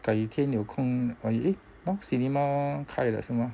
改天有空 eh cinema 开了是吗